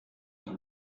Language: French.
dans